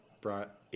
brought